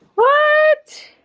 what!